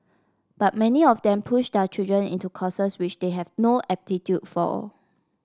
but many of them push their children into courses which they have no aptitude for